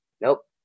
Nope